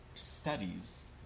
studies